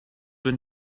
been